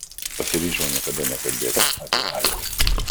pasiryžau niekada nebekalbėti apie airiją